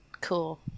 Cool